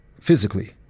physically